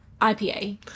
IPA